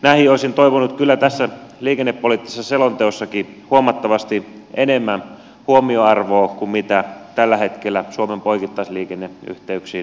näihin olisin toivonut kyllä tässä liikennepoliittisessa selonteossakin huomattavasti enemmän huomioarvoa kuin mitä tällä hetkellä suomen poikittaisliikenneyhteyksiin on otettu